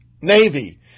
Navy